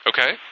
okay